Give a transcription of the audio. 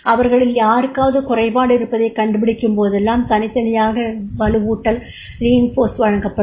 அவர்களில் யாருக்காவது குறைபாடு இருப்பதைக் கண்டுபிடிக்கும்போதெல்லாம் தனித் தனியாக வலுவூட்டல் வழங்கப்படும்